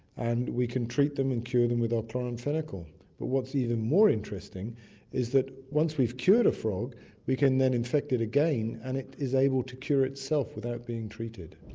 and we can treat them and cure them with our chloramphenicol. but what's even more interesting is that once we've cured a frog we can then infect it again and it is able to cure itself without being treated.